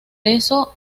eso